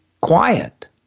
quiet